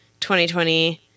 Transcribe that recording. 2020